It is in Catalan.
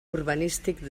urbanístic